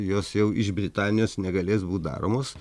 jos jau iš britanijos negalės būt daromos